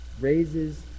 raises